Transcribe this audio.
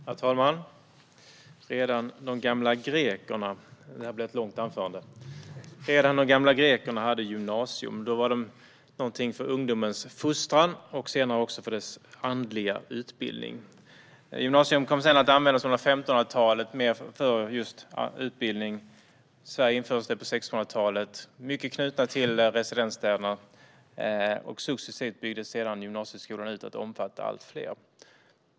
Herr talman! Redan de gamla grekerna - det här blir ett långt anförande - hade gymnasium. Då var det något för ungdomens fostran och senare också för dess andliga utbildning. Gymnasiet kom sedan under 1500-talet att användas mer för utbildning. I Sverige infördes gymnasiet på 1600-talet, ofta knutet till residensstäderna. Successivt byggdes sedan gymnasieskolan ut till att omfatta allt fler.